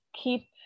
keep